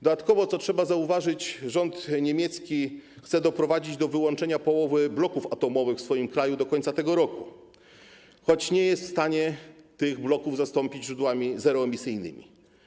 Dodatkowo, co trzeba zauważyć, rząd niemiecki chce doprowadzić do wyłączenia połowy bloków atomowych w swoim kraju do końca tego roku, choć nie jest w stanie tych bloków zastąpić źródłami zeroemisyjnymi.